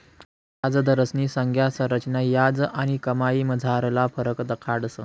याजदरस्नी संज्ञा संरचना याज आणि कमाईमझारला फरक दखाडस